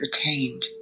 attained